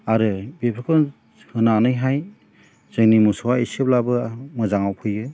आरो बेफोरखौ होनानैहाय जोंनि मोसौआ एसेब्लाबो मोजाङाव फैयो